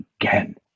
again